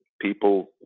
people